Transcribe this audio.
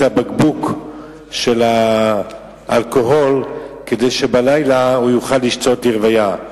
הבקבוק של האלכוהול כדי שבלילה הוא יוכל לשתות לרוויה.